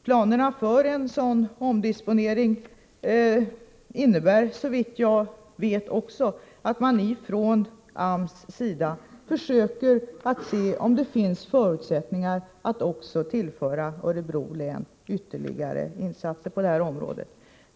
Planerna för en sådan omdisponering innebär också, såvitt jag vet, att man från AMS sida försöker se om det finns förutsättningar att även i Örebro län göra ytterligare insatser på detta område.